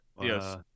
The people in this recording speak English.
yes